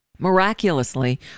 Miraculously